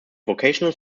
vocational